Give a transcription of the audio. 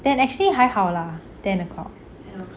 then actually 还好啦 ten o'clock